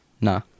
No